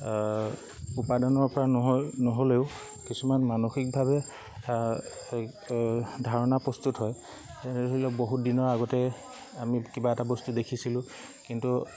উপাদানৰপৰা নহ'লেও কিছুমান মানসিকভাৱে ধাৰণা প্ৰস্তুত হয় যেনে ধৰি লওক বহুত দিনৰ আগতে আমি কিবা এটা বস্তু দেখিছিলোঁ কিন্তু